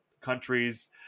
countries